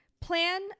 Plan